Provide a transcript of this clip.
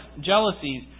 jealousies